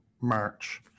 March